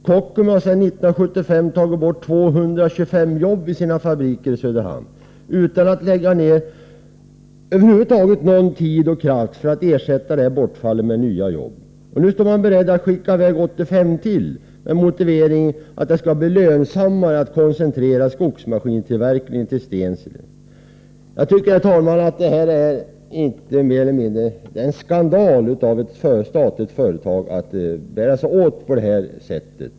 Kockums har sedan 1975 tagit bort 225 jobb i sina fabriker i Söderhamn, utan att över huvud taget lägga ned någon tid eller kraft för att ersätta bortfallet med nya jobb. Nu är man beredd att skicka i väg ytterligare 85, med motivering att det skall bli lönsammare att koncentrera skogsmaskintillverkningen till Stensele. Jag tycker, herr talman, att det är en skandal av ett statligt företag att bära sig åt på detta sätt.